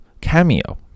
Cameo